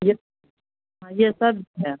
ये हाँ ये सब है